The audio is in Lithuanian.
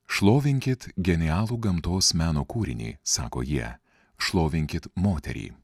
šlovinkit genialų gamtos meno kūrinį sako jie šlovinkit moterį